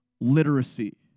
literacy